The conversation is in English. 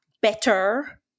better